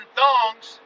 thongs